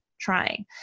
trying